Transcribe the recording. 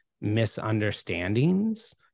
misunderstandings